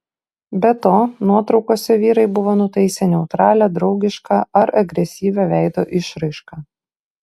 be to nuotraukose vyrai buvo nutaisę neutralią draugišką ar agresyvią veido išraišką